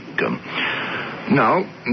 Now